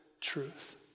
truth